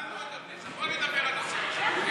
הבנו את התזה, בוא נדבר על נושא אחר.